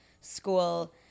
school